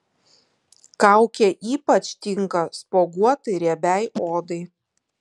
kaukė ypač tinka spuoguotai riebiai odai